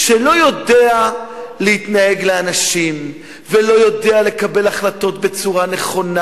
שלא יודע להתנהג לאנשים ולא יודע לקבל החלטות בצורה נכונה,